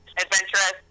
adventurous